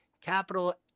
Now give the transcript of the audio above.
Capital